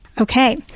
Okay